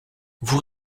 vous